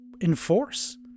enforce